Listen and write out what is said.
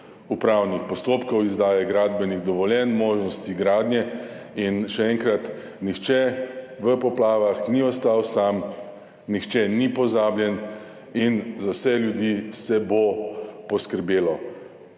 upravnih postopkov, izdaje gradbenih dovoljenj, možnosti gradnje. Še enkrat, nihče v poplavah ni ostal sam, nihče ni pozabljen in za vse ljudi se bo poskrbelo.